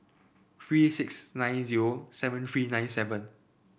three six nine zero seven three nine seven